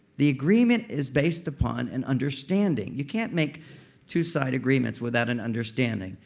the agreement is based upon an understanding. you can't make two side agreements without an understanding.